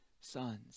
sons